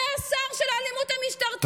זה השר של האלימות המשטרתית.